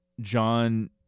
John